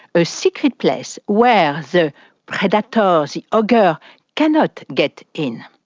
a secret place where the predator, the ogre cannot get in.